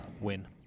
win